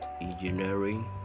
Engineering